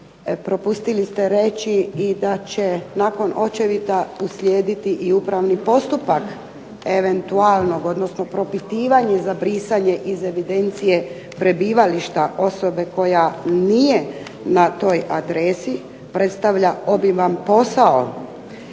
propustili ste reći i da će nakon očevida uslijediti i upravni postupak eventualnog, odnosno propitivanje za brisanje iz evidencije prebivališta osobe koja nije na toj adresi, predstavlja obiman posao,